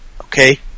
okay